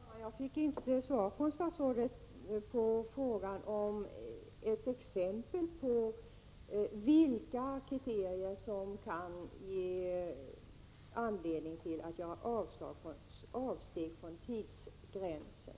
Herr talman! Jag fick inte svar från statsrådet på frågan om huruvida han kunde ge mig ett exempel på vilka kriterier som kan ge regeringen anledning att göra avsteg från regeln om treårsgränsen.